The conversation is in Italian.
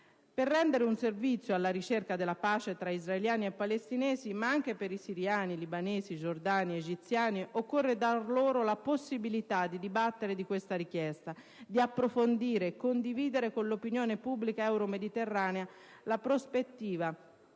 Per rendere un servizio alla ricerca della pace tra israeliani e palestinesi, ma anche per i siriani, i libanesi, i giordani e gli egiziani, occorre dar loro la possibilità di dibattere di questa richiesta, di approfondire e condividere con l'opinione pubblica euro-mediterranea la prospettiva